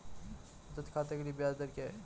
बचत खाते के लिए ब्याज दर क्या है?